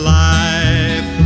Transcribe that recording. life